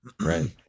Right